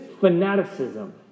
fanaticism